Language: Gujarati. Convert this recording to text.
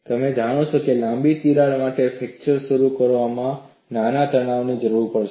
તમે જાણો છો લાંબી તિરાડ માટે ફ્રેક્ચર શરૂ કરવા માટે નાના તણાવની જરૂર પડશે